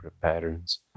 patterns